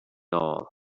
all